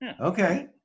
Okay